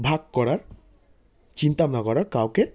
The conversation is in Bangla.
ভাগ করার চিন্তা ভাবনা করার কাউকে